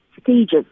stages